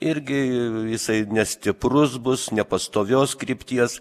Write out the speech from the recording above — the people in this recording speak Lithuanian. irgi jisai nestiprus bus nepastovios krypties